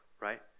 right